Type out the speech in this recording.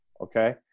Okay